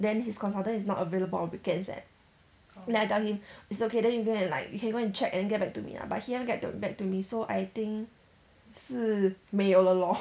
then his consultant is not available on weekends eh then I tell him it's okay then you can like you can go and check and get back to me lah but he haven't get to back to me so I think 是没有了 lor